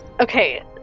Okay